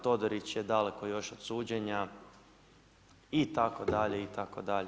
Todorić je daleko još od suđenja itd., itd.